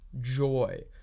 joy